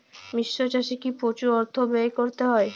মিশ্র চাষে কি প্রচুর অর্থ ব্যয় করতে হয়?